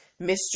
Mr